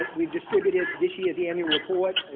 but we've distributed this she is the annual report.